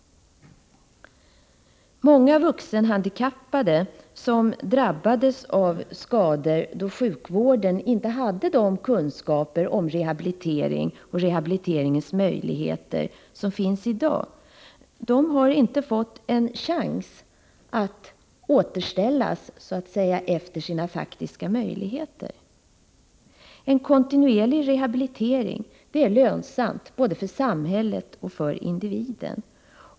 Många vuxenhandikappade som drabbades av skador då sjukvården inte hade de kunskaper om rehabilitering och dess möjligheter som finns i dag har inte fått chans att ”återställas” efter sina faktiska möjligheter. En kontinuerlig rehabilitering är lönsam både för samhället och individen.